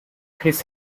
his